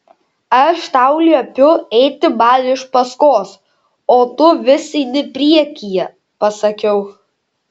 aš tau liepiu eiti man iš paskos o tu vis eini priekyje pasakiau